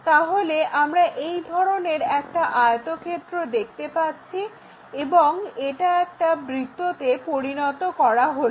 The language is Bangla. তাহলে আমরা এই ধরনের একটা আয়তক্ষেত্র দেখতে পাচ্ছি এবং এটা একটা বৃত্ততে পরিণত করা হলো